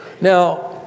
Now